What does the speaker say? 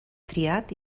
triat